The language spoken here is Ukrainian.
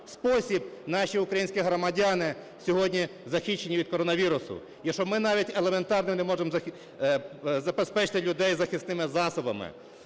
спосіб наші українські громадяни сьогодні захищені від коронавірусу, і що ми навіть елементарно не можемо забезпечити людей захисними засобами.